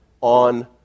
on